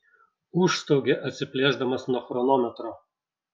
užstaugė atsiplėšdamas nuo chronometro